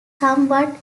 somewhat